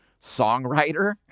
songwriter